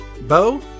Bo